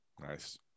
Nice